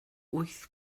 wyth